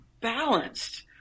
balanced